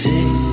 See